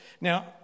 Now